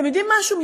אתם יודעים משהו?